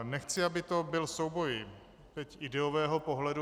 Nechci, aby to byl souboj ideového pohledu.